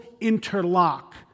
interlock